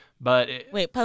Wait